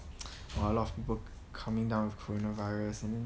!wah! a lot of people coming down with corona virus and then